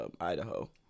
Idaho